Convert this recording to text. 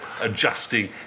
adjusting